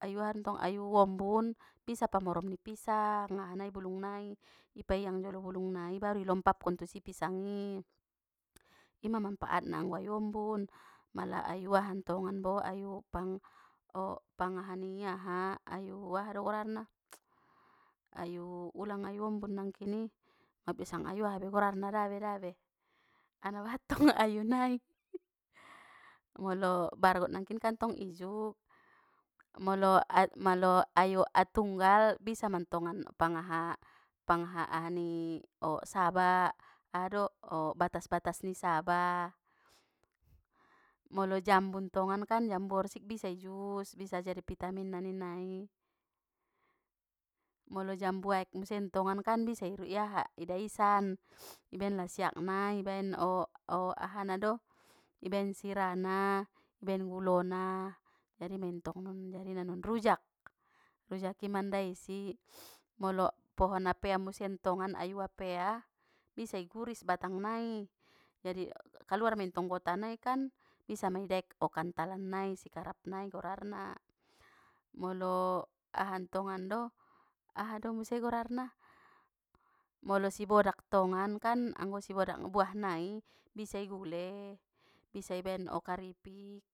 Ayu ahaan ayu ombon bisa pamoromon ni pisang aha nai bulung nai i paiang jolo bulung nai baru i lompapkon tu si pisang i, ima manfaatna anggo ayu ombun mala ayu ahantongan bo ayu pang o pang aha ni aha ayu aha do gorarna ayu ulang ayu ombun nangkini ape sanga ayu aha be gorarna bedabe dabe ana bahat ntong ayu nai molo bargot nangkin kan tong ijuk molo a-ayu atunggal bisa mantong pangha pangha aha ni saba aha do o batas batas ni saba molo jambu ntongan jambu orsik bisa i jus bisa jadi vitamin na ninna i, molo jambu aek museng ntongan bisa i aha bisa i daisan ibaen lasiakna ibaen o o aha na do ibaen sirana ibaen gulona jadi mei ntong non jadina non rujak rujaki mandaisi molo pohon apaea muse ntongan ayu apea bisa i guris batang nai jadi kaluar mei ntong gota naikan bisa mei idaek o kantalan nai sikarap nai gorarna molo aha ntongan do aha do museng gorarna molo sibodak ntongan kan anggo sibodak buah nai bisa igule bisa ibaen karipik.